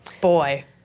boy